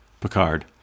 Picard